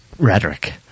Rhetoric